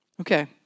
Okay